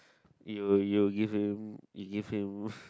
you you give him you give him